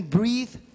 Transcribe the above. breathe